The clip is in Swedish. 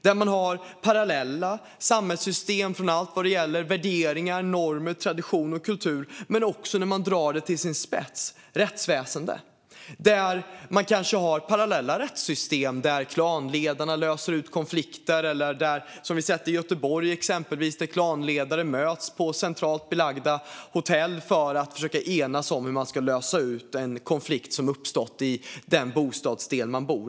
De har parallella samhällssystem för alltifrån värderingar och normer till traditioner och kultur men också, när man drar det till sin spets, rättsväsen. Man kan ha parallella rättssystem där klanledarna löser ut konflikter. I Göteborg har vi kunnat se exempel på att klanledare har mötts på centralt belägna hotell för att försöka enas om hur de skulle lösa en konflikt som uppstått i den stadsdel där de bor.